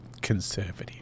conservative